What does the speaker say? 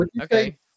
Okay